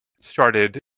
started